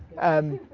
and